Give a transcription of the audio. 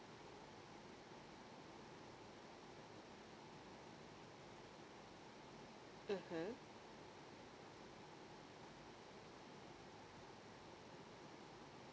mmhmm